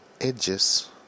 edges